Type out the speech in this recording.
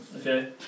okay